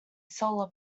solar